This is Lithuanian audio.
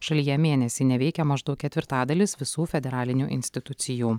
šalyje mėnesį neveikia maždaug ketvirtadalis visų federalinių institucijų